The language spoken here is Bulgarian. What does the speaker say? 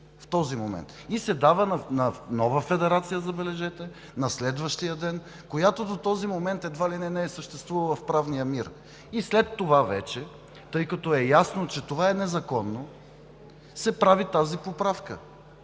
се на нова федерация, забележете, на следващия ден, която до този момент, едва ли не, не е съществувала в правния мир. След това вече, тъй като е ясно, че това е незаконно, се прави тази поправка.